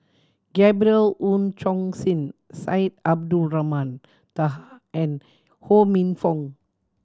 Gabriel Oon Chong Jin Syed Abdulrahman Taha and Ho Minfong